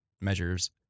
measures